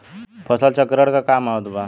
फसल चक्रण क का महत्त्व बा?